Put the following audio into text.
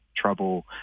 trouble